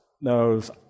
Knows